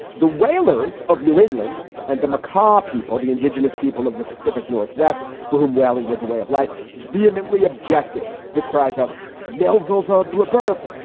the whalers of new england and the mccole people, the indigenous people of the pacific northwest, for whom whaling was a way of life, vehemently objected with cries of melville's a blue birth.